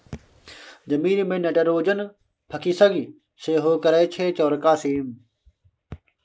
जमीन मे nitrogen fixing सेहो करय छै चौरका सीम